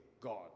god